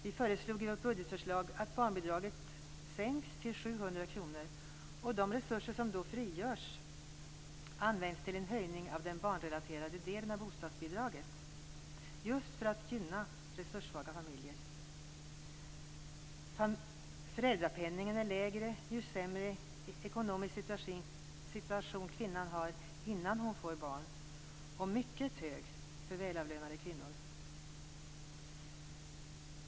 Vi föreslog i vårt budgetförslag att barnbidraget sänks till 700 kr och att de resurser som då frigörs används till en höjning av den barnrelaterade delen av bostadsbidraget just för att gynna resurssvaga familjer. Föräldrapenningen är lägre ju sämre ekonomisk situation kvinnan har innan hon får barn, och den är mycket hög för välavlönade kvinnor.